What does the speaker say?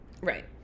Right